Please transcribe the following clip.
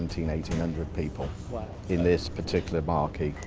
and eight hundred people in this particular marquee.